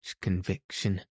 conviction